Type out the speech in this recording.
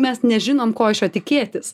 mes nežinom ko iš jo tikėtis